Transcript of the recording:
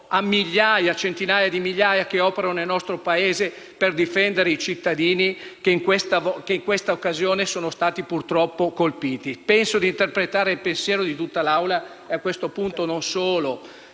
a centinaia di migliaia, che operano nel nostro Paese per difendere i cittadini e che in questa occasione sono stati purtroppo colpiti. Penso di interpretare il pensiero di tutta l’Assemblea, e non solo